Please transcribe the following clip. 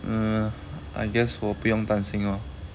um I guess 我不用担心 lor